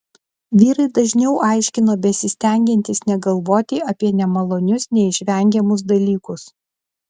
vyrai dažniau aiškino besistengiantys negalvoti apie nemalonius neišvengiamus dalykus